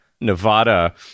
Nevada